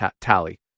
tally